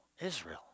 Israel